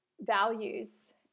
values